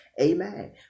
Amen